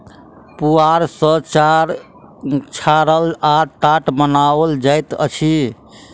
पुआर सॅ चार छाड़ल आ टाट बनाओल जाइत अछि